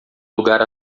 lugar